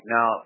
Now